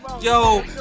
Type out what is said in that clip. Yo